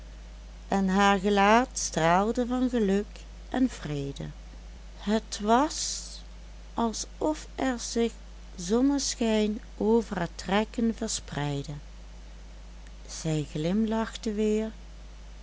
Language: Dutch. en haar gelaat straalde van geluk en vrede het was alsof er zich zonneschijn over haar trekken verspreidde zij glimlachte weer